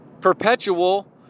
perpetual